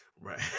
Right